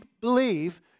believe